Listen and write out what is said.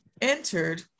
entered